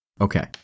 Okay